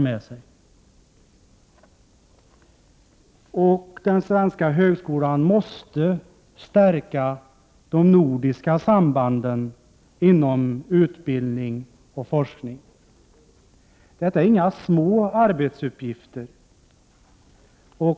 Dessutom måste den svenska högskolan medverka till att det nordiska sambandet stärks vad gäller utbildning och forskning. Det här är inga små arbetsuppgifter.